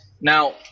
now